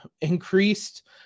Increased